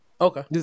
Okay